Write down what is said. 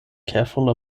careful